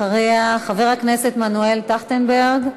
חבר הכנסת מנואל טרכטנברג.